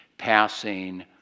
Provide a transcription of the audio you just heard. passing